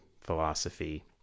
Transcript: philosophy